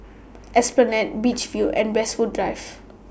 Esplanade Beach View and Westwood Drive